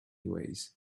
ways